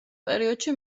პერიოდში